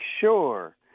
sure